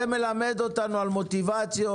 זה מלמד אותנו על מוטיבציות.